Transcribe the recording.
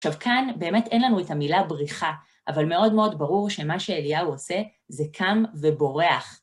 עכשיו, כאן באמת אין לנו את המילה בריחה, אבל מאוד מאוד ברור שמה שאליהו עושה זה קם ובורח.